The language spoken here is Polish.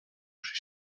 przy